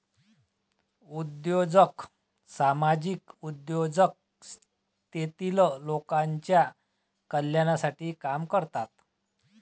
उद्योजक सामाजिक उद्योजक तेतील लोकांच्या कल्याणासाठी काम करतात